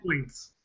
points